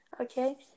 Okay